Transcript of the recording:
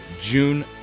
June